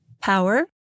power